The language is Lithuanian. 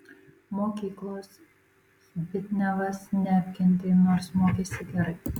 mokyklos zbignevas neapkentė nors mokėsi gerai